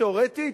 תיאורטית,